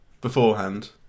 beforehand